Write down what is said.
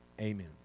Amen